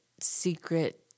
secret